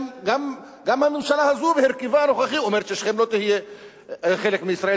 גם הממשלה הזאת בהרכבה הנוכחי אומרת ששכם לא תהיה חלק מישראל,